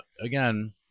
again